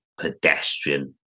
pedestrian